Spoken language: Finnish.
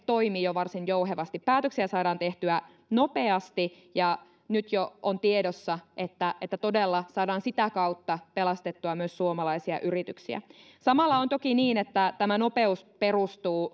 toimii jo varsin jouhevasti päätöksiä saadaan tehtyä nopeasti ja nyt jo on tiedossa että että todella saadaan sitä kautta pelastettua myös suomalaisia yrityksiä samalla on toki niin että tämä nopeus perustuu